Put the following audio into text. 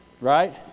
right